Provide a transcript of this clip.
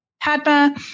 Padma